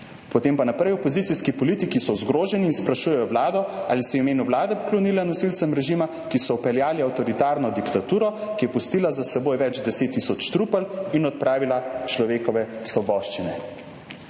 Potem pa naprej: »Opozicijski politiki so zgroženi in sprašujejo vlado, ali se je v imenu vlade poklonila nosilcem režima, ki so vpeljali avtoritarno diktaturo, ki je pustila za seboj več deset tisoč trupel in odpravila človekove svoboščine.«